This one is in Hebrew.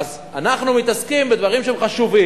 איזה סוג של "קוטג'"?